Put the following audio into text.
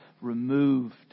removed